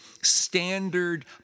standard